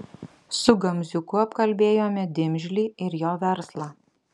su gamziuku apkalbėjome dimžlį ir jo verslą